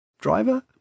driver